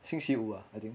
星期五 ah I think